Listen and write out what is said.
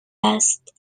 است